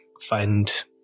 find